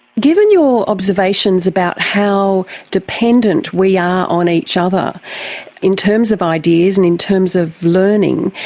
given your observations about how dependent we are on each other in terms of ideas and in terms of learning,